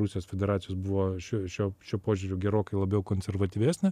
rusijos federacijos buvo šiuo šiuo šiuo požiūriu gerokai labiau konservatyvesnė